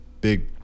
big